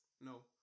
no